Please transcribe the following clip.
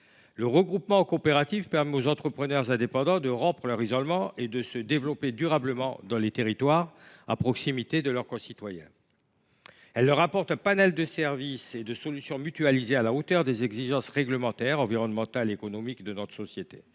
Le regroupement en coopérative permet aux entrepreneurs indépendants de rompre leur isolement et de se développer durablement dans les territoires à proximité de leurs concitoyens. La coopérative leur apporte un panel de services et de solutions mutualisés à la hauteur des exigences réglementaires, environnementales et économiques de notre société.